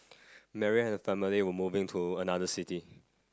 Mary and her family were moving to another city